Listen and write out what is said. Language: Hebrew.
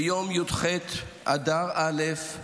ביום י"ד באדר א'